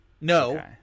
No